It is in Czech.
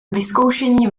vyzkoušení